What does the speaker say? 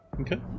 Okay